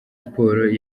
sports